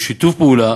ובשיתוף פעולה